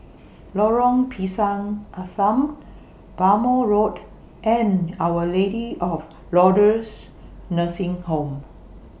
Lorong Pisang Asam Bhamo Road and Our Lady of Lourdes Nursing Home